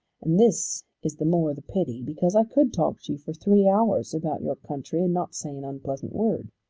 and this is the more the pity because i could talk to you for three hours about your country and not say an unpleasant word.